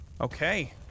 Okay